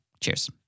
Cheers